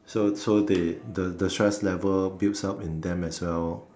so so they the the stress level builds up in them as well